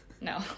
no